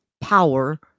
power